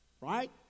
Right